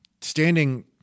standing